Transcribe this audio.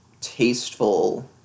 tasteful